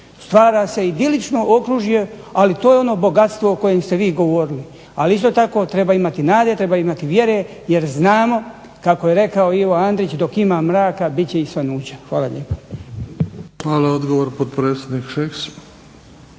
Stvara se idilično okružje ali to je ono bogatstvo o kojem ste vi govorili. Ali isto tako treba imati nade, treba imati vjere, jer znamo kako je rekao Ivo Andrić "Dok ima mraka, biti će i svanuća". Hvala lijepa. **Bebić, Luka (HDZ)** Hvala. Odgovor, potpredsjednik Šeks.